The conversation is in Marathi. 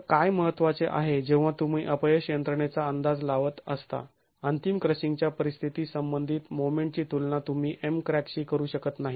तर काय महत्त्वाचे आहे जेव्हा तुम्ही अपयश यंत्रणेचा अंदाज लावत असता अंतिम क्रशिंगच्या परिस्थिती संबंधित मोमेंटची तुलना तुम्ही Mcrack शी करू शकत नाही